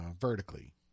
vertically